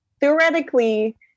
theoretically